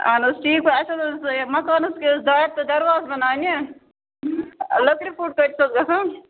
اہن حظ ٹھیٖک پٲٹھۍ اَسہِ حظ یہِ مکانس ٲسۍ دارِ تہٕ دَرواز بَناونہِ لٔکرِ کوٗٹۍ کٔتہِ چھِ حظ گژھان